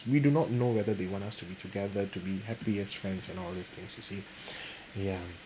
we do not know whether they want us to be together to be happy as friends and all these things you see ya